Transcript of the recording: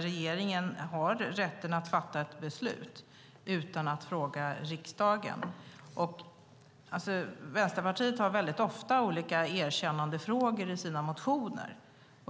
Regeringen har rätten att fatta ett beslut utan att fråga riksdagen. Vänsterpartiet tar ofta upp erkännandefrågor i sina motioner.